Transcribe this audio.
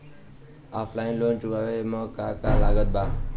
Offline loan चुकावे म का का लागत बा?